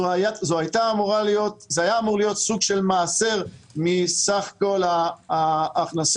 זה היה אמור להיות סוג של מעשר מסך כל ההכנסות.